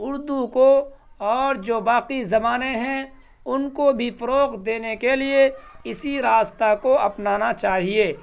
اردو کو اور جو باقی زبانیں ہیں ان کو بھی فروغ دینے کے لیے اسی راستہ کو اپنانا چاہیے